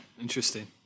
Interesting